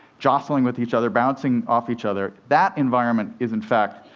jostling with each other, bouncing off each other that environment is, in fact,